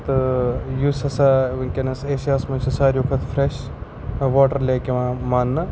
تہٕ یُس ہَسا وٕنکٮ۪نَس ایشیاہَس منٛز چھِ ساروی کھۄتہٕ فرٛٮ۪ش واٹَر لیک یِوان ماننہٕ